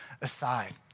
aside